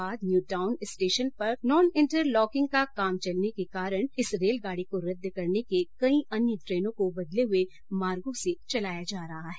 Faridabad New Town station पर non interlocking का काम चलने के कारण इस रेलगाड़ी को रद्द करने के कई अन्य ट्रेनों को बदले हुए मार्गो से चलाया जा रहा है